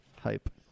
hype